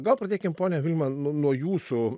gal pradėkim ponia vilma nuo nuo jūsų